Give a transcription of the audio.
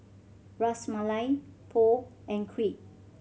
Ras Malai Pho and Crepe